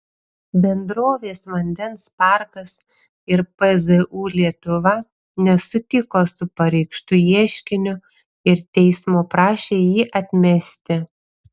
bendrovės vandens parkas ir pzu lietuva nesutiko su pareikštu ieškiniu ir teismo prašė jį atmesti